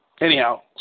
anyhow